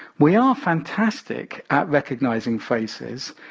we are fantastic at recognizing faces,